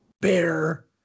Bear